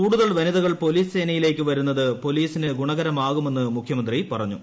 കൂടുതൽ വനിതകൾ പോലീസ് സേനയിലേക്ക് വരുന്നത് പോലീസിന് ഗുണകരമാകുമെന്ന് മുഖ്യമന്ത്രി പറഞ്ഞു